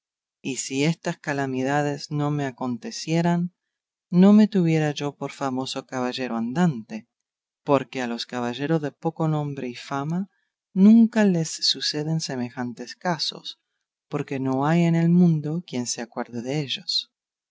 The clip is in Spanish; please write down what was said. y si estas calamidades no me acontecieran no me tuviera yo por famoso caballero andante porque a los caballeros de poco nombre y fama nunca les suceden semejantes casos porque no hay en el mundo quien se acuerde dellos